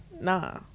nah